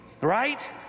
right